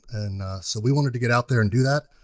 and so we wanted to get out there and do that.